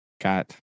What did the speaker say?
got